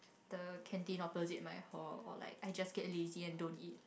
the canteen opposite my hall or I just get lazy and don't eat